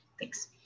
Thanks